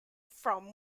from